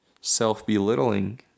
self-belittling